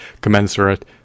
commensurate